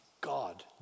God